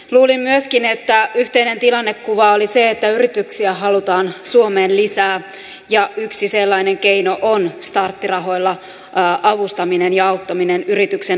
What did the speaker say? luulin myöskin että yhteinen tilannekuva oli se että yrityksiä halutaan suomeen lisää ja yksi sellainen keino on starttirahoilla avustaminen ja auttaminen yrityksen alkuun